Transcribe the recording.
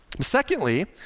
Secondly